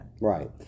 Right